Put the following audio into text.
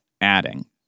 adding